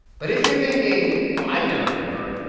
but if you're thinking, well, i've never heard of her,